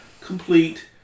complete